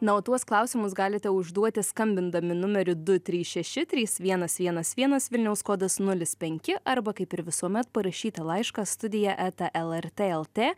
na o tuos klausimus galite užduoti skambindami numeriu du trys šeši trys vienas vienas vienas vilniaus kodas nulis penki arba kaip ir visuomet parašyti laišką studija eta lrt lt